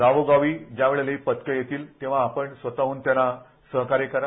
गावोगावी ज्या वेळेला ही पथकं येतील तेव्हा आपण स्वतहून त्यांना सहकार्य करा